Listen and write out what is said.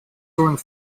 during